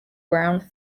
brown